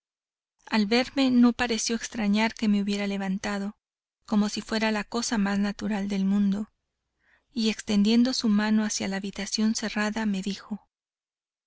al verme no pareció extrañar que me hubiera levantado como si fuera la cosa más natural del mundo y extendiendo su mano hacia la habitación cerrada me dijo